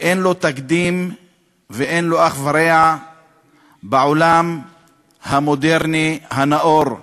ואין לו תקדים ואין לו אח ורע בעולם המודרני הנאור.